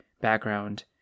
background